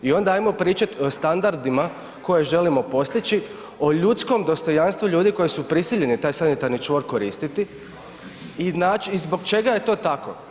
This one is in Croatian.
I onda ajmo pričati o standardima koje želim postići, o ljudskom dostojanstvu ljudi koji su prisiljeni taj sanitarni čvor koristiti i zbog čega je to tako.